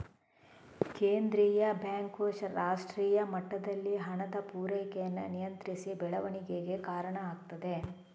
ಕೇಂದ್ರೀಯ ಬ್ಯಾಂಕ್ ರಾಷ್ಟ್ರೀಯ ಮಟ್ಟದಲ್ಲಿ ಹಣದ ಪೂರೈಕೆಯನ್ನ ನಿಯಂತ್ರಿಸಿ ಬೆಳವಣಿಗೆಗೆ ಕಾರಣ ಆಗ್ತದೆ